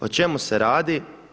O čemu se radi?